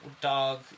dog